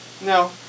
No